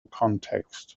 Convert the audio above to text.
context